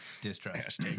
distrust